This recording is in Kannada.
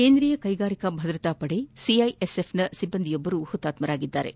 ಕೇಂದ್ರಿಯ ಕ್ಲೆಗಾರಿಕಾ ಭದ್ರತಾಪಡೆ ಸಿಐಎಸ್ಎಫ್ನ ಸಿಬ್ಲಂದಿಯೊಬ್ಲರು ಹುತಾತ್ತರಾಗಿದ್ಲಾರೆ